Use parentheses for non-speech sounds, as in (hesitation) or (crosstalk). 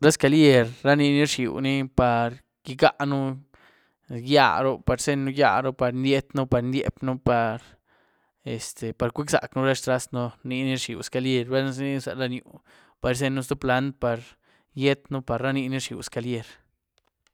Ra zcalier ra nini rzhieuni par icáënu gyíaaru, par izeinyën gyíaaru, par indiet´ën, par indiepyën, par, (hesitation) este, par cuïec´zac´ën ra xtrastën, nini rzhieu zcalier, balna za inyieënu za lanyú par izenyën ztïé plant´ par gyíet´ënu, par ra nini rzhieu zcalier.